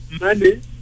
money